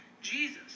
Jesus